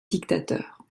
dictateur